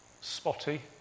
spotty